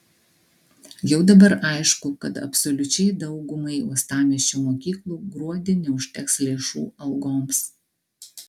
jau dabar aišku kad absoliučiai daugumai uostamiesčio mokyklų gruodį neužteks lėšų algoms